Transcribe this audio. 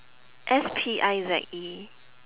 S P I Z E